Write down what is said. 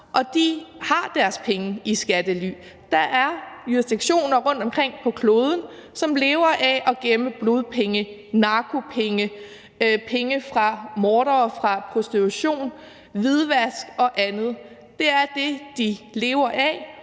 og de har deres penge i skattely. Der er jurisdiktioner rundtomkring på kloden, som lever af at gemme blodpenge, narkopenge, penge fra mordere og penge fra prostitution, hvidvask og andet. Det er det, de lever af,